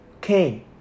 Cain